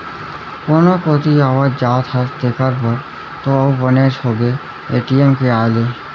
कोनो कोती आवत जात हस तेकर बर तो अउ बनेच होगे ए.टी.एम के आए ले